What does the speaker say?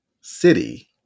City